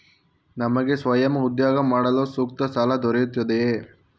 ನನಗೆ ಸ್ವಯಂ ಉದ್ಯೋಗ ಮಾಡಲು ಸೂಕ್ತ ಸಾಲ ದೊರೆಯುತ್ತದೆಯೇ?